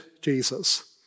Jesus